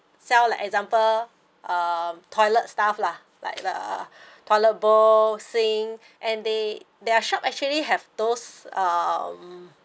sell like example uh toilet stuff lah like the toilet bowls sink and they their shop actually have those um